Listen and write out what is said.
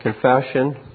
confession